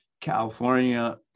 California